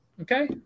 okay